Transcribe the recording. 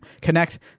connect